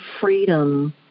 freedom